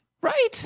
Right